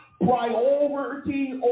priority